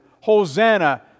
Hosanna